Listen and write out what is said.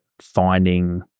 finding